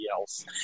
else